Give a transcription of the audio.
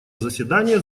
заседание